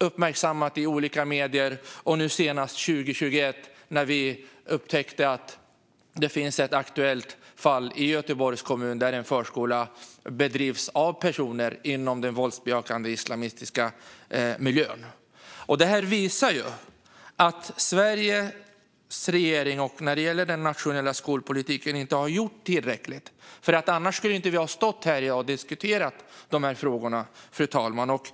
uppmärksammades de i olika medier, och nu senast - 2021 - upptäckte vi att det finns ett aktuellt fall i Göteborgs kommun, där en förskola drivs av personer inom den våldsbejakande islamistiska miljön. Det här visar att Sveriges regering inte har gjort tillräckligt när det gäller den nationella skolpolitiken - annars skulle vi inte ha stått här i dag och diskuterat dessa frågor, fru talman.